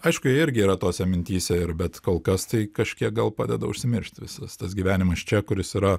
aišku irgi yra tose mintyse ir bet kol kas tai kažkiek gal padeda užsimiršt visas tas gyvenimas čia kuris yra